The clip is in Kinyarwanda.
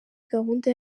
gahunda